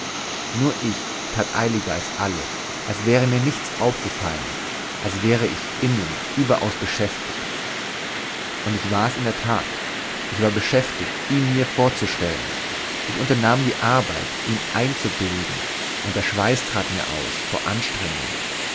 nur ich tat eiliger als alle als wäre mir nichts aufgefallen als wäre ich innen überaus beschäftigt und ich war es in der tat ich war beschäftigt ihn mir vorzustellen ich unternahm die arbeit ihn einzubilden und der schweiß trat mir aus vor anstrengung